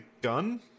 gun